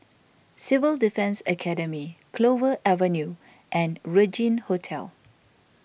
Civil Defence Academy Clover Avenue and Regin Hotel